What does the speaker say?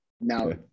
Now